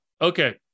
Okay